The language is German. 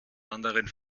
anderen